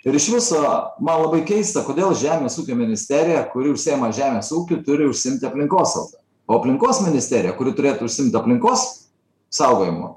ir iš viso man labai keista kodėl žemės ūkio ministerija kuri užsiima žemės ūkiu turi užsiimti aplinkosauga o aplinkos ministerija kuri turėtų užsiimt aplinkos saugojimu